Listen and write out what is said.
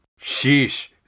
Sheesh